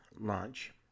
launch